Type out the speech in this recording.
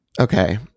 Okay